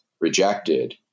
rejected